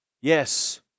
Yes